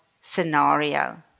scenario